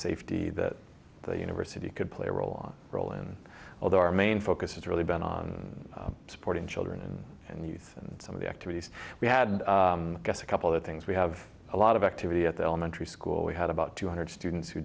safety that the university could play a role on role in although our main focus is really been on supporting children and youth and some of the activities we had a couple the things we have a lot of activity at the elementary school we had about two hundred students who